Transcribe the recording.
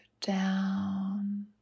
down